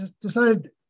decided